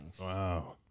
wow